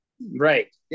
Right